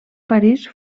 parís